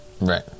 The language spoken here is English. Right